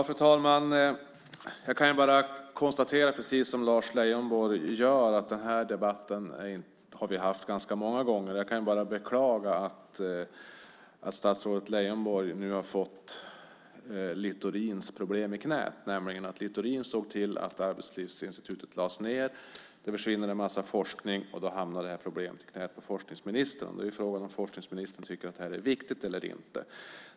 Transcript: Fru talman! Jag kan konstatera, precis som Lars Leijonborg gör, att vi har haft den här debatten ganska många gånger. Jag kan bara beklaga att statsrådet Leijonborg nu har fått Littorins problem i knät. Littorin såg till att Arbetslivsinstitutet lades ned. Det försvinner en massa forskning, och då hamnar det här problemet i knät på forskningsministern. Då är frågan om forskningsministern tycker att det här är viktigt eller inte.